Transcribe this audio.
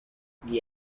the